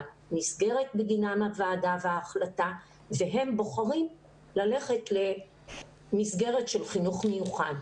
נסגרת בגינם הוועדה וההחלטה והם בוחרים ללכת למסגרת של חינוך מיוחד.